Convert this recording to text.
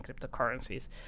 cryptocurrencies